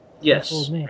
Yes